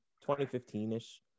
2015-ish